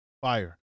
fire